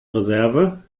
reserve